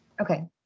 okay